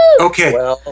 Okay